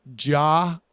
Ja